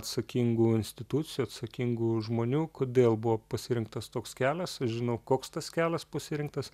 atsakingų institucijų atsakingų žmonių kodėl buvo pasirinktas toks kelias aš žinau koks tas kelias pasirinktas